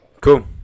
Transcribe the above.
Cool